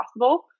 possible